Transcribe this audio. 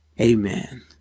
amen